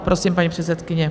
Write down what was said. Prosím, paní předsedkyně.